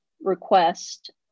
request